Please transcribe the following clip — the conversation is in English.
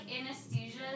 anesthesia